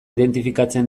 identifikatzen